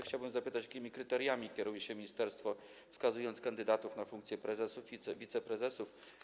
Chciałbym zapytać: Jakimi kryteriami kieruje się ministerstwo, wskazując kandydatów na funkcje prezesów i wiceprezesów?